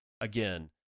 again